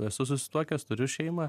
esu susituokęs turiu šeimą